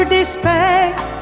Despair